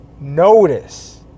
notice